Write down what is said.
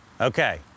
Okay